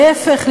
להפך,